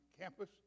campus